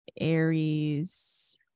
Aries